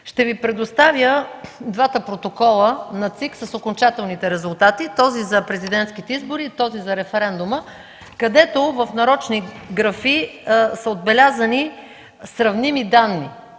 Ще Ви предоставя двата протокола на ЦИК с окончателните резултати – този за президентските избори, и този за референдума, където в нарочни графи са отбелязани сравними данни,